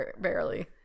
barely